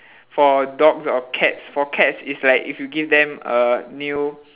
for dogs or cats for cats is like if you give them a new